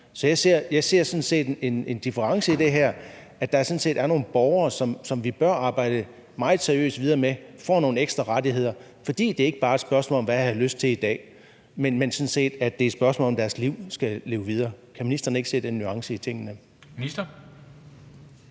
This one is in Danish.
Jeg ser sådan set en difference i det her. Der er sådan set en problematik med nogle borgere, som vi bør arbejde meget seriøst videre med, at de får nogle ekstra rettigheder, fordi det ikke bare er et spørgsmål om, hvad man har lyst til at spise i dag. Det er sådan set et spørgsmål om, hvordan de skal leve. Kan ministeren ikke se den nuance?